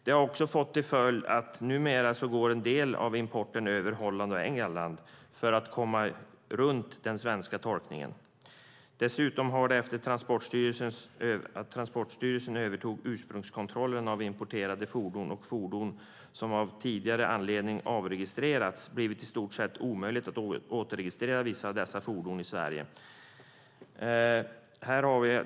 Det har också fått till följd att en del av importen numera går över Holland och England för att man ska komma runt den svenska tolkningen. Dessutom har det efter att Transportstyrelsen övertog ursprungskontrollen av importerade fordon och fordon som av tidigare anledning avregistrerats blivit i stort sett omöjligt att återregistrera vissa av dessa fordon i Sverige.